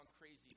crazy